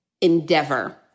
endeavor